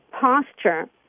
posture